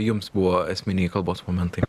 jums buvo esminiai kalbos momentai